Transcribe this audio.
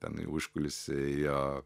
ten į užkulisį jo